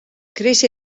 krisi